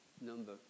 number